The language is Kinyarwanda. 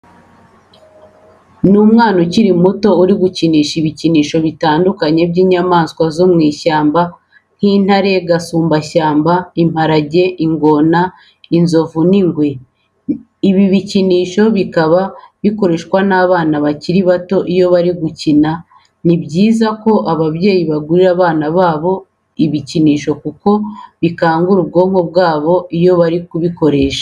Ni umwana ukiri muto uri gukinisha ibikinisho bitandukanye by'inyamaswa zo mu ishyamba nk'intare, gasumbashyamba, imparage, ingona, inzovu n'ingwe. Ibi bikinisho bikaba bikoreshwa n'abana bakiri bato iyo bari gukina. Ni byiza ko ababyeyi bagurira bana babo ibikinisho kuko bikangura ubwonko bwabo iyo bari kubikoresha.